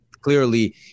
Clearly